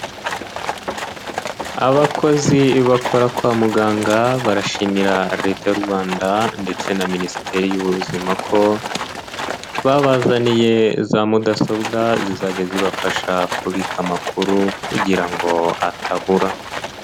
Abakozi bakora kwa muganga barashimira Leta y'u Rwanda ndetse na Minisiteri y'Ubuzima ko babazaniye za mudasobwa zizajya zibafasha kubika amakuru kugira ngo atabura.